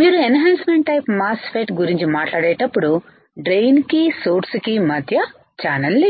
మీరు enhancement type MOSFET గురించి మాట్లాడేటప్పుడు డ్రెయిన్ కీ సోర్స్ కి మధ్య ఛానల్ లేదు